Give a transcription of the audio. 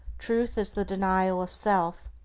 truth is the denial of self.